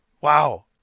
Wow